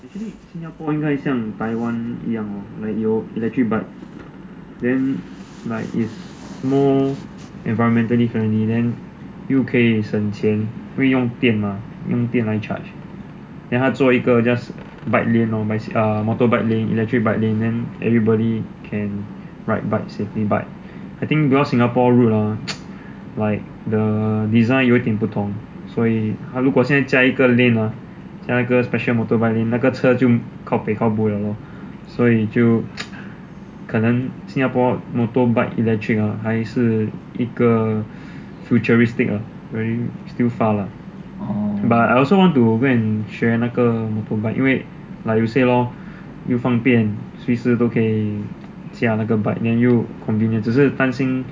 actually 新加坡应该像台湾一样 like 有 electric bike then like is more environmentally friendly then 又可以省钱因为用电 mah 用电来 charge then 他作为一个 just bike lane lor motorbike lane electric bike lane then everybody can ride bikes safely but I think cause singapore roads ah the design 有点不同所以如果现在加一个 lane hor 加一个 special motorbike lane 那个车就 kao peh kao bu liao lah 所以就可能 singapore motorbike electric ah 还是一个 futuristic ah very still far lah but I also want to go and 学那个 motorbike 因为 like you say lor 又方便随时可以驾那个 bike then 又 convenience 只是担心